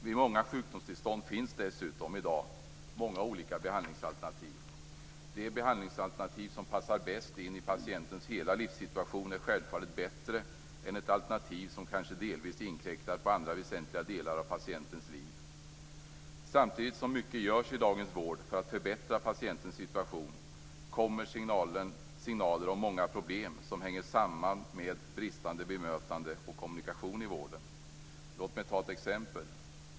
Vid många sjukdomstillstånd finns dessutom i dag många olika behandlingsalternativ. De behandlingsalternativ som passar bäst in i patientens hela livssituation är självfallet bättre än ett alternativ som kanske delvis inkräktar på andra väsentliga delar av patientens liv. Samtidigt som mycket görs i dagens vård för att förbättra patientens situation kommer signaler om många problem som hänger samman med brister i bemötandet och kommunikation i vården. Låt mig ta ett exempel.